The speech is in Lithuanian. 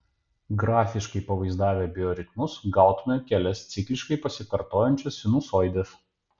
grafiškai pavaizdavę bioritmus gautumėme kelias cikliškai pasikartojančias sinusoides